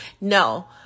No